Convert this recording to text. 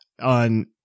on